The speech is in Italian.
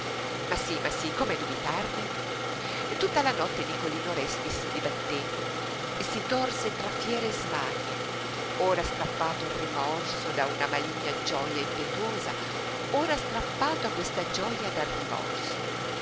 ma sí ma sí come dubitarne tutta la notte nicolino respi si dibatté si torse tra fiere smanie ora strappato al rimorso da una maligna gioja impetuosa ora strappato a questa gioja dal rimorso